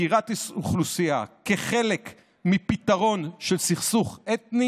עקירת אוכלוסייה כחלק מפתרון של סכסוך אתני